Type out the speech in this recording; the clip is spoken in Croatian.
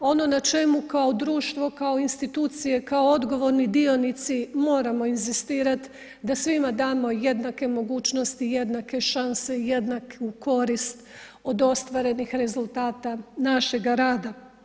Ono na čemu kao društvo, kao institucije, kao odgovorni dionici moramo inzistirati da svima damo jednake mogućnosti, jednake šanse, jednaku korist od ostvarenih rezultata našega rada.